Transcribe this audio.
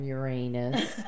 Uranus